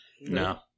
No